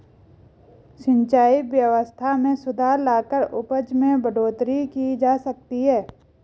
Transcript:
सिंचाई व्यवस्था में सुधार लाकर उपज में बढ़ोतरी की जा सकती है